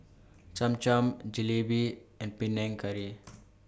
Cham Cham Jalebi and Panang Curry